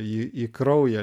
į į kraują